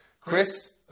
Chris